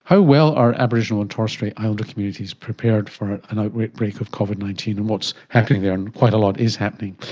how well are aboriginal and torres strait islander communities prepared for an outbreak of covid nineteen and what's happening there, and quite a lot is happening.